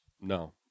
No